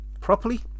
properly